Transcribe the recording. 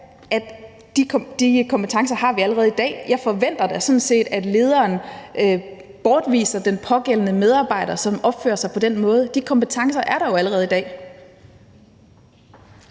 at de kompetencer har vi allerede i dag. Jeg forventer da sådan set, at lederen bortviser den pågældende medarbejder, som opfører sig på den måde. De kompetencer er der jo allerede i dag.